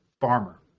Farmer